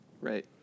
Right